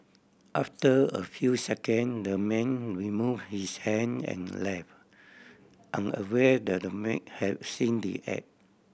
after a few second the man remove his hand and left unaware that the maid have seen the act